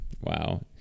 wow